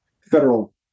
federal